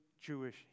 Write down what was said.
Jewish